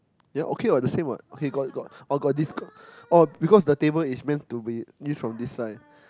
ya okay what the same what okay got got oh got discount oh because the table is meant to be new from this side